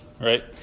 right